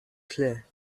claire